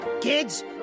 Kids